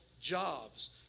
jobs